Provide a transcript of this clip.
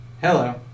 Hello